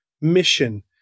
Mission